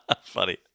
Funny